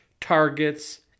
targets